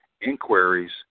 inquiries